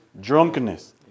drunkenness